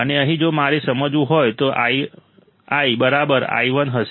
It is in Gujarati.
અને અહીં જો મારે સમજવું હોય તો Ii બરાબર I1 હશે